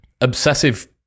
obsessive